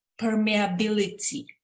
permeability